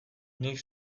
nik